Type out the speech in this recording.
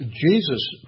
Jesus